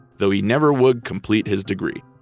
though he never would complete his degree.